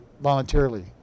voluntarily